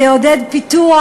זה יעודד פיתוח,